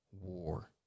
war